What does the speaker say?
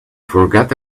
forgot